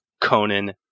Conan